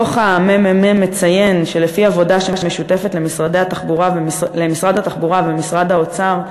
דוח הממ"מ מציין שלפי עבודה שמשותפת למשרד התחבורה ולמשרד האוצר,